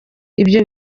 ibyo